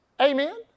Amen